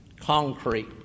concrete